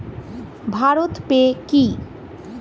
ভারত পে কি?